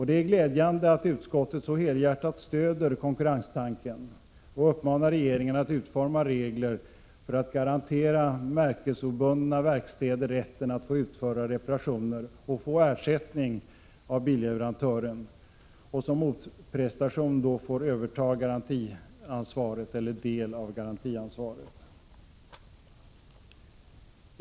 Det är glädjande att utskottet så helhjärtat stöder konkurrenstanken och uppmanar regeringen att utforma regler för att garantera märkesobundna verkstäder rätten att få utföra reparationer och få ersättning av billeverantören. Som motprestation får de överta garantiansvaret eller del av det.